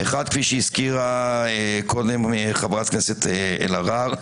אחד כפי שהזכירה חברת הכנסת אלהרר.